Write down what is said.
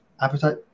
appetite